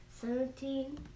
seventeen